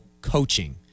coaching